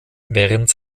während